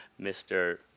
Mr